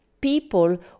People